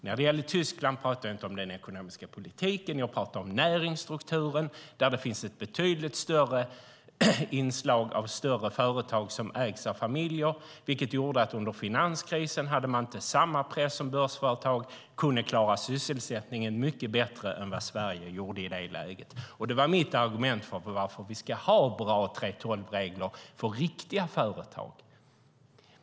När det gäller Tyskland pratade jag inte om den ekonomiska politiken utan om näringsstrukturen. Det finns ett betydligt större inslag av större företag som ägs av familjer, vilket gjorde att man under finanskrisen inte hade samma press som börsföretag och kunde klara sysselsättningen mycket bättre än vad Sverige gjorde i det läget. Det var mitt argument för att vi ska ha bra 3:12-regler för riktiga företag.